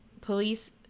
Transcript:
police